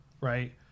right